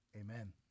Amen